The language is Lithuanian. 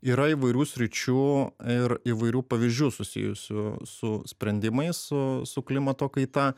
yra įvairių sričių ir įvairių pavyzdžių susijusių su sprendimais su su klimato kaita